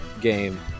game